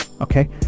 Okay